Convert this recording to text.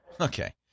Okay